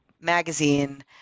magazine